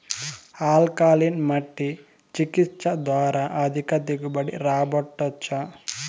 alkaline మట్టి చికిత్స ద్వారా అధిక దిగుబడి రాబట్టొచ్చా